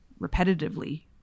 repetitively